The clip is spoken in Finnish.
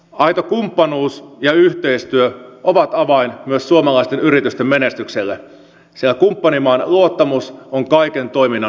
aito kumppanuus ja yhteistyö ovat avain myös suomalaisten yritysten menestykselle sillä kumppanimaan luottamus on kaiken toiminnan perusta